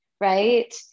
right